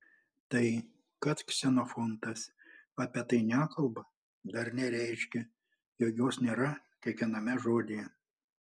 tai kad ksenofontas apie tai nekalba dar nereiškia jog jos nėra kiekviename žodyje